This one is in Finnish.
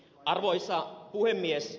arvoisa puhemies